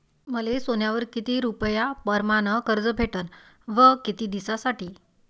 मले सोन्यावर किती रुपया परमाने कर्ज भेटन व किती दिसासाठी?